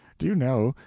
do you know,